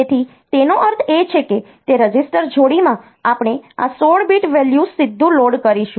તેથી તેનો અર્થ એ છે કે તે રજીસ્ટર જોડીમાં આપણે આ 16 બીટ વેલ્યુ સીધું લોડ કરીશું